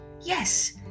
Yes